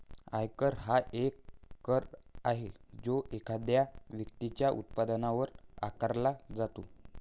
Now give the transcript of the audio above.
आयकर हा एक कर आहे जो एखाद्या व्यक्तीच्या उत्पन्नावर आकारला जातो